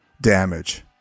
damage